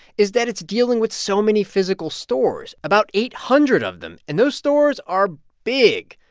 is that it's dealing with so many physical stores about eight hundred of them. and those stores are big.